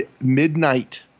midnight